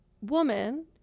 woman